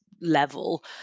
level